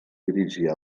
dirigir